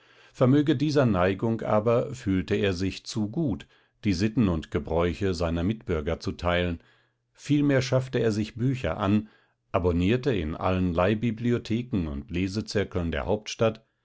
vermöge dieser neigung aber fühlte er sich zu gut die sitten und gebräuche seiner mitbürger zu teilen vielmehr schaffte er sich bücher an abonnierte in allen leihbibliotheken und lesezirkeln der hauptstadt